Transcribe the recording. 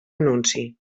anunci